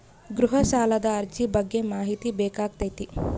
ಗೃಹ ಸಾಲದ ಅರ್ಜಿ ಬಗ್ಗೆ ಮಾಹಿತಿ ಬೇಕಾಗೈತಿ?